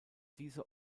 diese